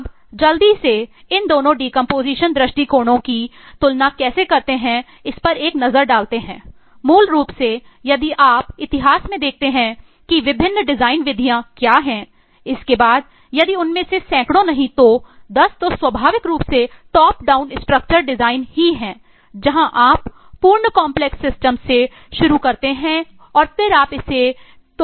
अब जल्दी से इन दोनों डीकंपोजिशन से शुरू करते हैं और फिर आप इसे तोड़ना शुरू करते हैं